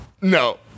No